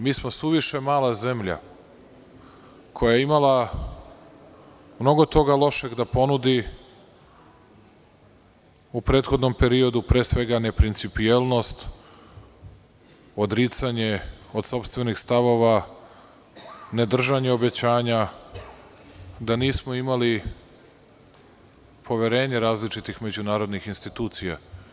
Mi smo suviše mala zemlja, koja je imala mnogo toga lošeg da ponudi u prethodnom periodu, pre svega neprincipijelnost, odricanje od sopstvenih stavova, ne držanje obećanja, da nismo imali poverenje različitih međunarodnih institucija.